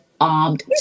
armed